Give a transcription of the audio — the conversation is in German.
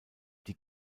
die